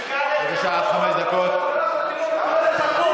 לפחות כיוון שזה עונש קולקטיבי,